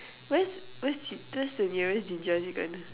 where's where's the nearest Jinjja-chicken